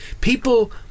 People